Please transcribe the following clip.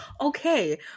Okay